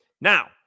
Now